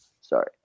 Sorry